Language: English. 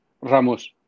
Ramos